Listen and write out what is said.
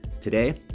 today